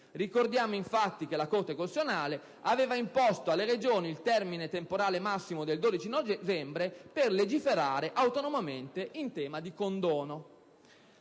Ricordiamo, infatti, che la Corte costituzionale aveva imposto alle Regioni il termine temporale massimo del 12 novembre per legiferare autonomamente in tema di condono.